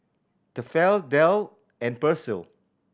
Tefal Dell and Persil